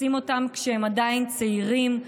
תופסים אותם כשהם עדין צעירים,